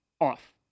off